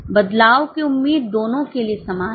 बदलाव की उम्मीद दोनों के लिए समान है